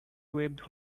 waved